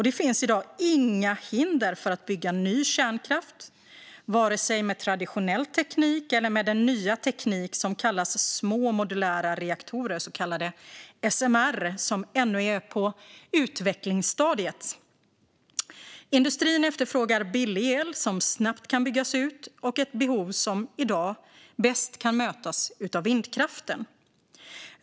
Det finns i dag inga hinder för att bygga ny kärnkraft, vare sig med traditionell teknik eller med den nya teknik som kallas små modulära reaktorer, SMR, och som ännu är på utvecklingsstadiet. Industrin efterfrågar billig el som snabbt kan byggas ut, ett behov som i dag bäst kan mötas av vindkraft.